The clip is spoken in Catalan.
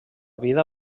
vida